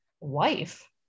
wife